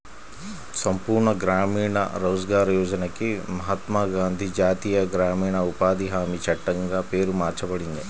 సంపూర్ణ గ్రామీణ రోజ్గార్ యోజనకి మహాత్మా గాంధీ జాతీయ గ్రామీణ ఉపాధి హామీ చట్టంగా పేరు మార్చబడింది